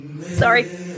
Sorry